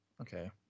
Okay